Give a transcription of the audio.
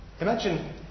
Imagine